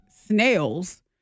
snails